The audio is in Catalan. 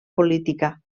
política